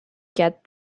get